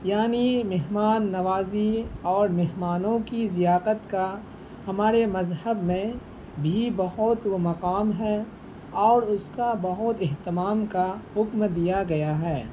یعنی مہمان نوازی اور مہمانوں کی ضیافت کا ہمارے مذہب میں بھی بہت و مقام ہے اور اس کا بہت اہتمام کا حکم دیا گیا ہے